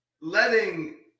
letting